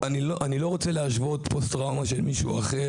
אני בטוחה שלכולם יש מה לדבר,